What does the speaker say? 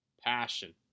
passion